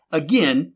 again